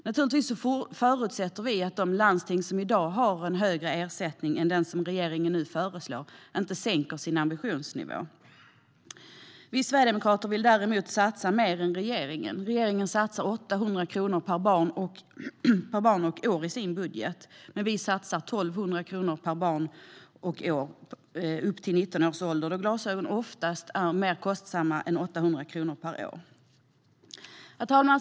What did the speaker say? Naturligtvis förutsätter vi att de landsting som i dag har en högre ersättning än den som regeringen nu föreslår inte sänker sin ambitionsnivå. Vi sverigedemokrater vill däremot satsa mer än regeringen. Regeringen satsar 800 kronor per barn och år i sin budget. Sverigedemokraterna satsar 1 200 kronor per barn och år upp till 19 års ålder, eftersom glasögon oftast är mer kostsamma än 800 kronor per år. Herr talman!